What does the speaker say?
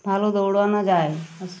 ভালো দৌড়ানো যায়